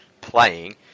playing